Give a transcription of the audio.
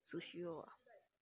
she also knows ah